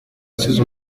asize